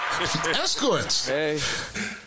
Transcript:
Escorts